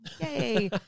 Yay